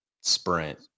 sprint